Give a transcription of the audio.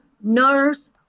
nurse